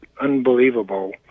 unbelievable